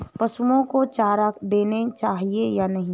पशुओं को चारा देना चाहिए या भूसा?